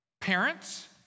Parents